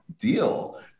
deal